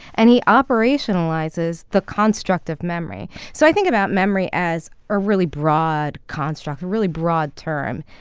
and he operationalizes the construct of memory. so i think about memory as a really broad construct a really broad term.